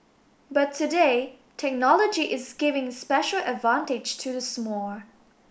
but today technology is giving special advantage to the small